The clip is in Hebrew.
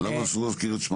למה אסור להזכיר?